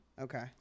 okay